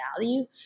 value